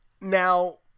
Now